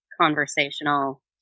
conversational